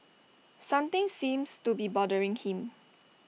something seems to be bothering him